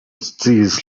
sciis